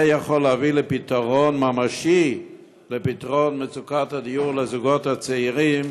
זה יכול להביא לפתרון ממשי למצוקת הדיור לזוגות הצעירים